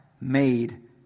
made